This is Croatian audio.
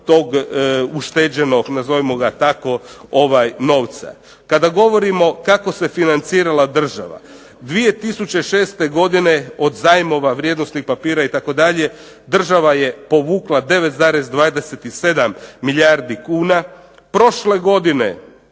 tog ušteđenog, nazovimo ga tako, novca. Kada govorimo kako se financirala država, 2006. godine od zajmova, vrijednosnih papira itd. država je povukla 9,27 milijardi kuna. Prošle godine